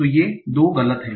तो ये 2 गलत हैं